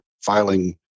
filing